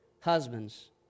Husbands